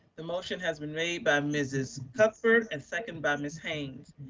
the motion has been made by mrs. cuthbert and second by ms. haynes,